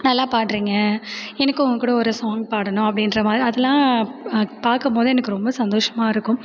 நல்லா பாட்டுறிங்க எனக்கு உங்கக்கூட ஒரு சாங் பாடணும் அப்படின்ற மாதிரி அதெலாம் பார்க்கும்போது எனக்கு ரொம்ப சந்தோஷமாக இருக்கும்